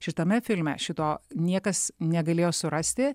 šitame filme šito niekas negalėjo surasti